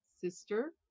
sister